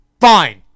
fine